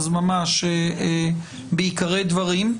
אז ממש בעיקרי דברים.